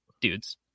dudes